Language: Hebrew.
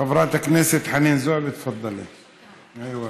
חברת הכנסת חנין זועבי, תפדלי, איווא.